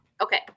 Okay